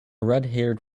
redhaired